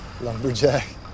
Lumberjack